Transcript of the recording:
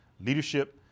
leadership